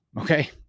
okay